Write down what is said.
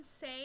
say